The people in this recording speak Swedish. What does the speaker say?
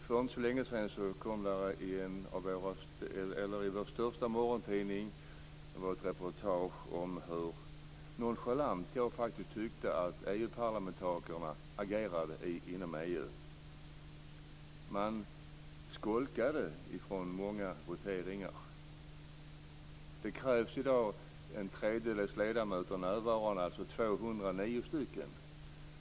För inte så länge sedan var det ett reportage i vår största morgontidning om hur nonchalant, som jag faktiskt tyckte, EU-parlamentarikerna agerar. Man skolkade från många voteringar. Det krävs i dag att en tredjedel av ledamöterna är närvarande, alltså 209 stycken.